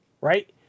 right